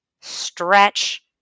stretch